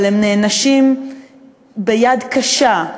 אבל הם נענשים ביד קשה,